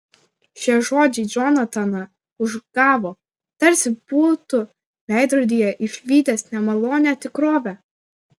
šie žodžiai džonataną užgavo tarsi būtų veidrodyje išvydęs nemalonią tikrovę